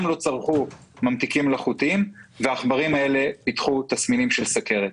לא צרכו ממתיקים מלאכותיים והעכברים האלה פיתחו תסמינים של סוכרת.